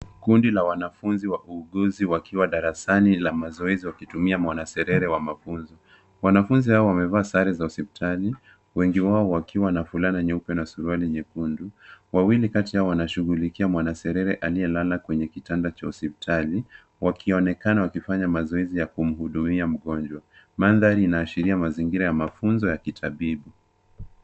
Kundi la wanafunzi wauguzi wakiwa darasani la mazoezi wakitumia mwanaserere wa mafunzo. Wanafunzi hawa wamevaa sare za hospitali, wengi wao wakiwa na fulana nyeupe na suruali nyekundu. Wawili kati yao wanashughulikia mwanaserere aliyelala kwenye kitanda cha hospitali, wakionekana wakifanya mazoezi ya kumhudumia mgonjwa. Mandhari inaashiria mazingira ya mafunzo ya kitabibu.